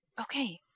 Okay